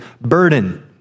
burden